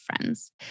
friends